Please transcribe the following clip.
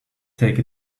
take